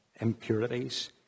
impurities